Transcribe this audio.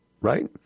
right